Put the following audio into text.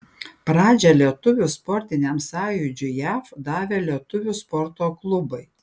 pradžią lietuvių sportiniam sąjūdžiui jav davė lietuvių sporto klubai